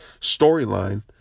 storyline